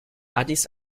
addis